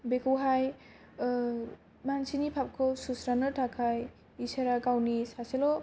बेखौहाय मानसिनि फाफखौ सुस्रांनो थाखाय इसोरा गावनि सासेल'